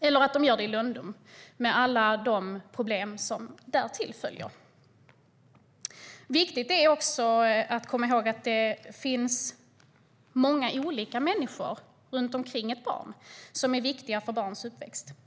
eller att de gör det i lönndom, med alla de problem som följer med det. Viktigt att komma ihåg är också att det finns många olika människor runt omkring ett barn som är viktiga för ett barns tillväxt.